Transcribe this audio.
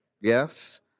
Yes